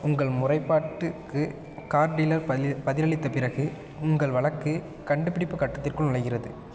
உங்கள் முறைப்பாட்டுக்கு car dealer பதி பதிலளித்த பிறகு உங்கள் வழக்கு கண்டுபிடிப்புக் கட்டத்திற்குள் நுழைகிறது